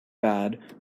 bad